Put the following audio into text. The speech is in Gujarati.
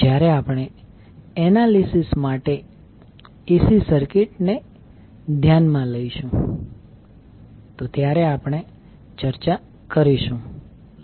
જ્યારે આપણે એનાલિસિસ માટે AC સર્કિટ ધ્યાનમાં લઈશું ત્યારે આપણે ચર્ચા કરીશું